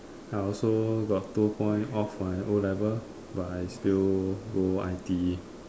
I also got two point of my o-levels but I still go I_T_E